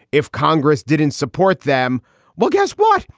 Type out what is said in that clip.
if congress didn't support them well, guess what?